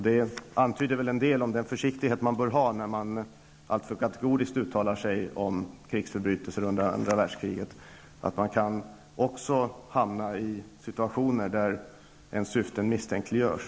Detta antyder väl en del om den försiktighet man bör ha så att man inte alltför kategoriskt uttalar sig om krigsförbrytelser under andra världskriget. Man kan hamna i situationer där ens syften misstänkliggörs.